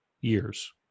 years